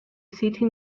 city